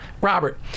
robert